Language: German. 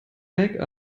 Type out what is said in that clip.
make